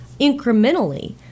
incrementally